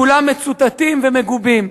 כולם מצוטטים ומגובים.